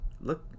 look